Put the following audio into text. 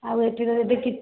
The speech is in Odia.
ଆଉ ଏଠି ରହିବେ କି